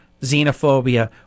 xenophobia